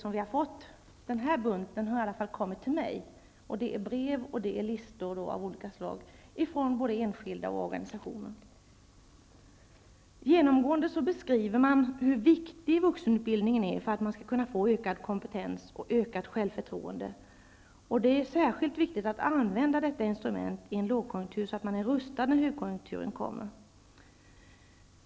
Jag kan här visa den bunt med brev och listor som har kommit till mig från enskilda och från organisationer. Genomgående beskriver man hur viktig vuxenutbildningen är för att människor skall få ökad kompetens och ökat självförtroende. Det är särskilt viktigt att använda detta instrument i en lågkonjunktur för att vara rustad när högkonjunkturen kommer.